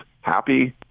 happy